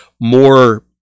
more